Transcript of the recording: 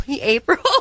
April